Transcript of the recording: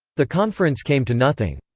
the conference came to nothing.